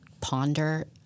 ponder